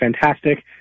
fantastic